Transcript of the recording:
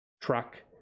truck